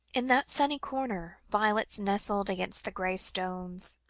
in that sunny corner, violets nestled against the grey stones,